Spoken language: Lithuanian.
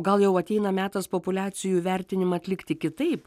gal jau ateina metas populiacijų vertinimą atlikti kitaip